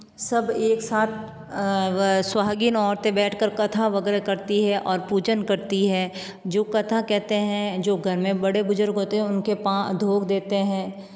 सब एक साथ सुहागन औरतें बैठ कर कथा वग़ैरह करतीं हैं और पूजा करतीं हैं जो कथा कहते हैं जो घर में बड़े बुज़ुर्ग होते हैं उन के पाँव धो देते हैं